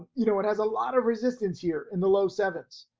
you know, it has a lot of resistance here in the low sevens.